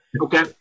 Okay